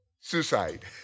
Suicide